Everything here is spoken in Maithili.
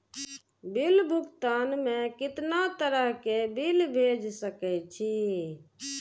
बिल भुगतान में कितना तरह के बिल भेज सके छी?